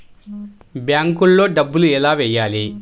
బ్యాంక్లో డబ్బులు ఎలా వెయ్యాలి?